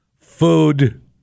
Food